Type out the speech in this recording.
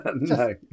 No